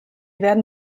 werden